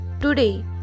Today